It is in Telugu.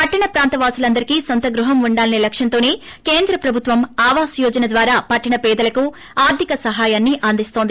పట్టణ ప్రాంత వాసులందరికీ నొంత గృహం ఉండాలసే లక్ష్యంతో కేంద్ర ప్రభుత్వం ఆవాస్ యోజన ద్వారా పట్టణ పేదలకు ఆర్దిక సహాయాన్ని అందిస్తోంది